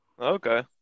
Okay